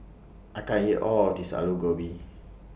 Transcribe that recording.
I can't eat All of This Aloo Gobi